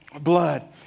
blood